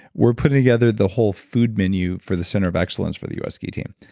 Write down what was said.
we're putting together the whole food menu for the center of excellence for the us ski team.